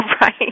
Right